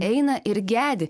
eina ir gedi